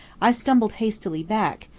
i stumbled hastily back,